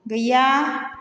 गैया